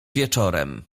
wieczorem